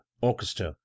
Orchestra